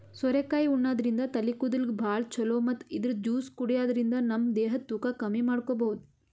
ಸೋರೆಕಾಯಿ ಉಣಾದ್ರಿನ್ದ ತಲಿ ಕೂದಲ್ಗ್ ಭಾಳ್ ಛಲೋ ಮತ್ತ್ ಇದ್ರ್ ಜ್ಯೂಸ್ ಕುಡ್ಯಾದ್ರಿನ್ದ ನಮ ದೇಹದ್ ತೂಕ ಕಮ್ಮಿ ಮಾಡ್ಕೊಬಹುದ್